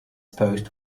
post